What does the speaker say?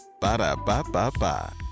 Ba-da-ba-ba-ba